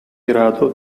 grado